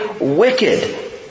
wicked